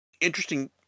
interesting